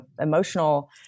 emotional